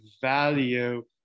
value